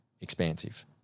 expansive